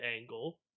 angle